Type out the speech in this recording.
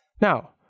Now